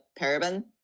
paraben